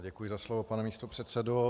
Děkuji za slovo, pane místopředsedo.